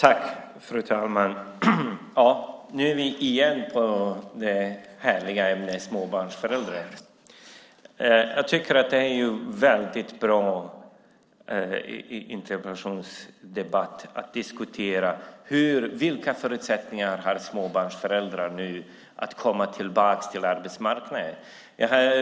Fru talman! Nu talar vi igen om det härliga ämnet småbarnsföräldrar. Jag tycker att det är väldigt bra att diskutera i en interpellationsdebatt vilka förutsättningar småbarnsföräldrar nu har att komma tillbaka till arbetsmarknaden.